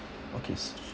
okay